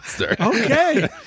Okay